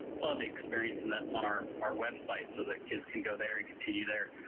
ah the experience and that's on our our web site so that kids can go there and continue there.